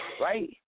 right